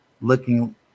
looking